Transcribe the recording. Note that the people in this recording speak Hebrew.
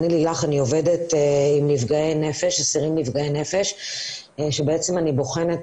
אני עובדת עם אסירים נפגעי נפש ואני בוחנת